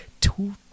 two